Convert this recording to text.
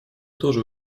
тоже